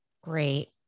Great